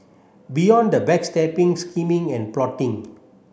beyond the backstabbing scheming and plotting